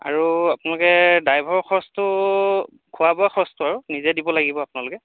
আৰু আপোনালোকে ড্ৰাইভাৰৰ খৰচটো খোৱা বোৱা খৰচটো আৰু নিজে দিব লাগিব আপোনালোকে